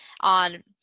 on